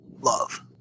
love